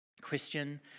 Christian